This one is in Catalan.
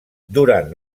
durant